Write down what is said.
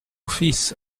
fils